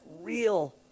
real